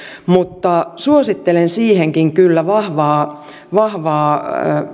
mutta suosittelen siihenkin kyllä vahvaa vahvaa